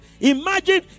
Imagine